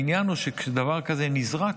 העניין הוא שכשדבר כזה נזרק,